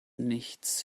nichts